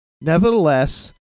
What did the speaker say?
Nevertheless